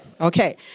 Okay